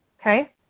Okay